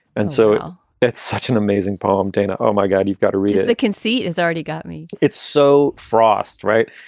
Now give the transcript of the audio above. and so yeah that's such an amazing poem, dana. oh, my god. you've got to read it. they can see it's already got me. it's so frost right.